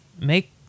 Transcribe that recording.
Make